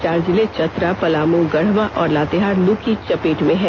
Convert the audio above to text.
चार जिले चतरा पलाम गढवा और लातेहार लु की चपेट में है